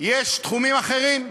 יש תחומים אחרים.